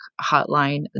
hotline